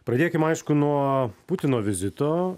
pradėkim aišku nuo putino vizito